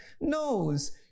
knows